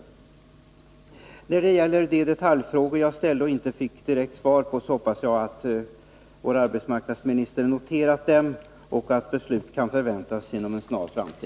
Jag hoppas att vår arbetsmarknadsminister har noterat de detaljfrågor som jag harställt, men som jag inte här fått något direkt svar på. Jag förväntar mig att det inom en snar framtid kommer att fattas positiva beslut i dessa frågor.